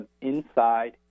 inside